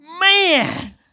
man